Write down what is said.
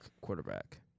quarterback